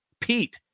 Pete